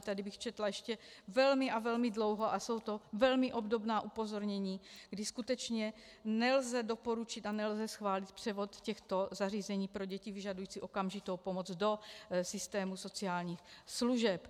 Tady bych četla ještě velmi a velmi dlouho a jsou to velmi obdobná upozornění, kdy skutečně nelze doporučit a nelze schválit převod těchto zařízení pro děti vyžadující okamžitou pomoc do systému sociálních služeb.